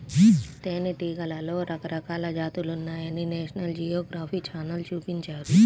తేనెటీగలలో రకరకాల జాతులున్నాయని నేషనల్ జియోగ్రఫీ ఛానల్ చూపించారు